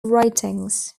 writings